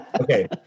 Okay